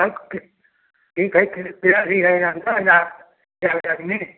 कि ठीक है है यहाँ का यहाँ गर्मी